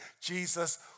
Jesus